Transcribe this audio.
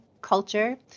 culture